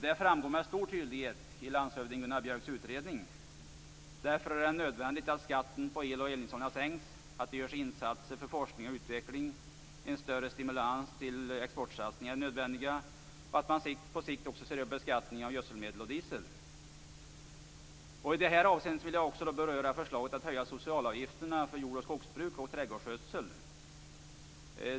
Detta framgår med stor tydlighet av landshövding Gunnar Björks utredning. Därför är det nödvändigt att skatten på el och eldningsolja sänks, att det görs insatser för forskning och utveckling. En större stimulans till exportsatsningar är nödvändig och att man på sikt ser över beskattningen av gödselmedel och diesel. Jag vill också beröra förslaget att höja socialavgifterna för jord och skogsbruk samt trädgårdsskötsel.